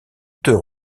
deux